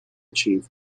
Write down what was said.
achieved